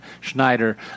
Schneider